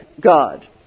God